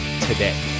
today